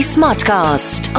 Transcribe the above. Smartcast